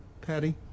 Patty